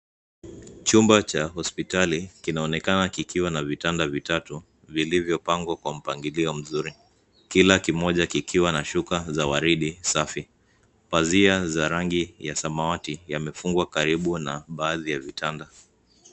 Chumba cha hospitali kinaonekana kikiwa na vitanda vitatu vilivyopangwa kwa mpangilio mzuri kila kimoja kikiwa na shuka za waridi safi. Pazia za rangi ya samawati yamefungwa karibu na baadhi ya vitanda.